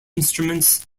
instruments